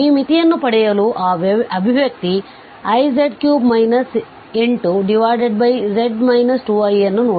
ಈ ಮಿತಿಯನ್ನು ಪಡೆಯಲು ಈ ಅಭಿವ್ಯಕ್ತಿ iz3 8z 2iಅನ್ನು ನೋಡಿ